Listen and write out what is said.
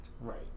right